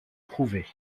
prouvé